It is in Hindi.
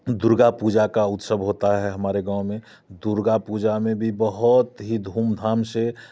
दुर्गा पूजा का उत्सव होता है हमारे गांव में दुर्गा पूजा में भी बहुत ही धूमधाम से